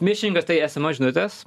mišingas tai sms žinutės